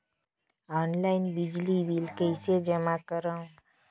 Online बिजली bill कइसे जमा करव?